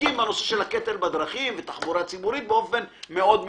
עוסקים בנושא של הקטל בדרכים ותחבורה ציבורית באופן מאוד משמעותי.